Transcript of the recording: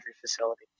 facility